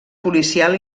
policial